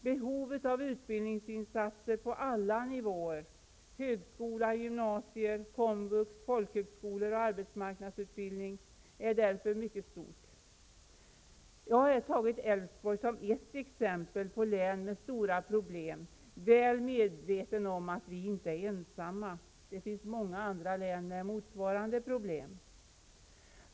Behovet av utbildningsinsatser på alla nivåer -- högskola, gymnasier, komvux, folkhögskolor och arbetsmarknadsutbildning -- är därför mycket stort. Jag har tagit Älvsborg som ett exempel på län med stora problem, väl medveten om att vi inte är ensamma. Det finns många andra län med motsvarande problem.